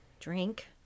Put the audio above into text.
drink